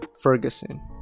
Ferguson